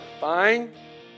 Fine